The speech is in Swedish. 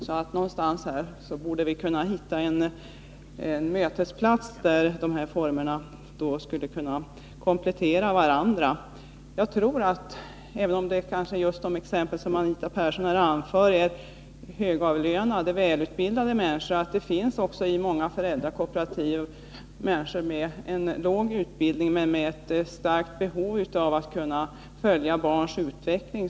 Så någonstans borde vi kunna hitta en mötesplats, där de olika omsorgsformerna skall kunna komplettera varandra. Även om just de exempel som Anita Persson anförde gällde högavlönade och välutbildade människor, finns det i många föräldrakooperativ människor med en låg utbildning men med ett starkt behov av att kunna följa barns utveckling.